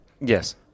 Yes